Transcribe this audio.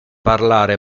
parlare